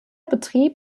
betrieb